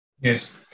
Yes